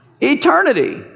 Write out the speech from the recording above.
Eternity